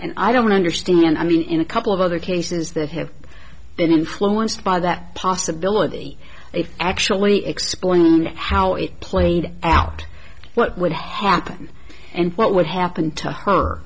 and i don't understand i mean in a couple of other cases that have been influenced by that possibility if actually explained how it played out what would happen and what would happen to her